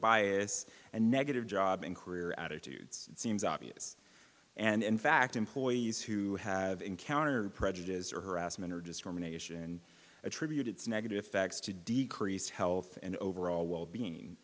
bias and negative job and career attitudes it seems obvious and in fact employees who have encountered prejudice or harassment or discrimination and attribute its negative effects to decrease health and overall wellbeing